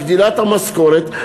ההבראה מגדילה את המשכורת,